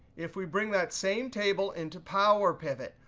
if we bring that same table into powerpivot,